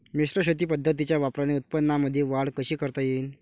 मिश्र शेती पद्धतीच्या वापराने उत्पन्नामंदी वाढ कशी करता येईन?